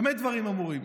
במה דברים אמורים?